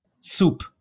soup